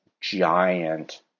giant